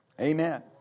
Amen